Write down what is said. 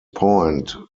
point